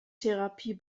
therapie